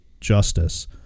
justice